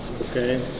okay